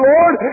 Lord